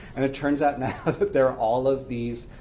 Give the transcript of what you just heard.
and it turns out now that there are all of these